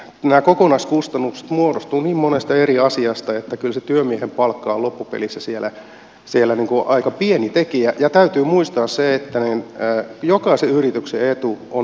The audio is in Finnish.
nämä kokonaiskustannukset muodostuvat niin monesta eri asiasta että kyllä se työmiehen palkka on loppupelissä siellä aika pieni tekijä ja täytyy muistaa se että jokaisen yrityksen etu on hyvinvoiva työvoima